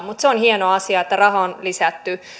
mutta se on hieno asia että rahaa on lisätty